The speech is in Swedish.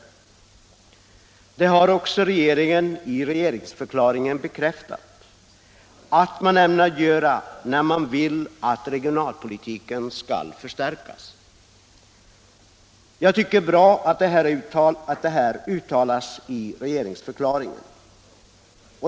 Regeringen har också i regeringsdeklarationen bekräftat att man ämnar göra det när man uttalar att regionalpolitiken skall förstärkas. Jag tycker att det är bra att detta uttalas i regeringsförklaringen.